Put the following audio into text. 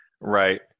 Right